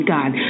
God